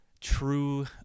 true